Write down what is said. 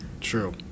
True